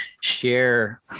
share